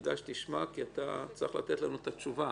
כדאי שתשמע כי אתה צריך לתת לנו את התשובה.